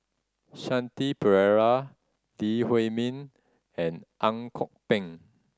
Shanti Pereira Lee Huei Min and Ang Kok Peng